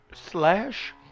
Slash